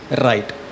right